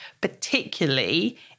particularly